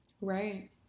right